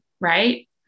right